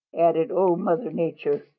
added old mother nature.